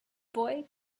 boy